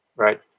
Right